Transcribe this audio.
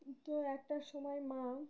তো একটার সময় মা